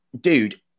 dude